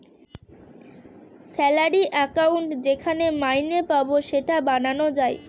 salary account যেখানে মাইনে পাবো সেটা বানানো যায়